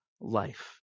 life